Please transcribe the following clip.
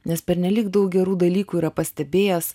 nes pernelyg daug gerų dalykų yra pastebėjęs